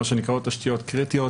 מה שנקרא תשתיות קריטיות,